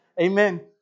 Amen